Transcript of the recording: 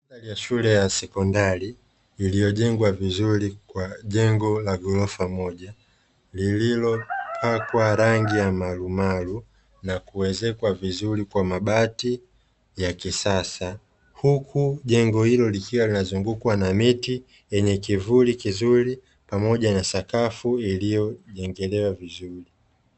Madhari ya shule ya sekondari iliyo jengwa vizuri kwa jengo la gorofa moja, lililopakwa rangi ya marumaru na kuwezekwa vizuri kwa mabati ya kisasa. Huku jengo hilo likiwa linazungukwa na miti yenye kivuli pamoja na sakafu iliyojengelewa vizuri.